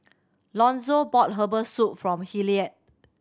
Lonzo bought herbal soup for Hilliard